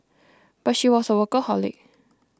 but she was a workaholic